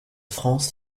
france